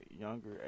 younger